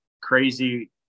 crazy